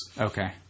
okay